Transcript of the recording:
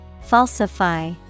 Falsify